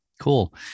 Cool